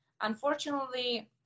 unfortunately